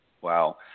Wow